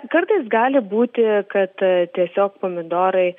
kartais gali būti kad tiesiog pomidorai